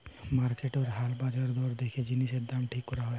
মার্কেটের হাল বাজার দর দেখে জিনিসের দাম ঠিক করা হয়